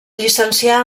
llicencià